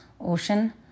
ocean